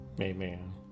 Amen